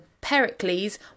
Pericles